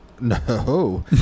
No